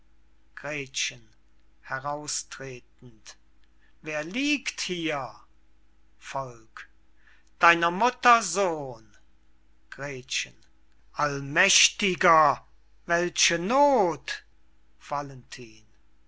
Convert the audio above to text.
heraustretend wer liegt hier deiner mutter sohn gretchen allmächtiger welche noth